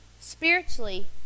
Spiritually